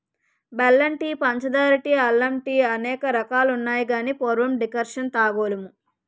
బెల్లం టీ పంచదార టీ అల్లం టీఅనేక రకాలున్నాయి గాని పూర్వం డికర్షణ తాగోలుము